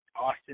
Austin